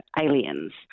aliens